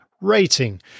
rating